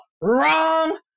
Wrong